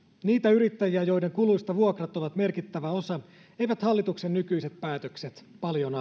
niitä yrittäjiä joiden kuluista vuokrat ovat merkittävä osa eivät hallituksen nykyiset päätökset paljon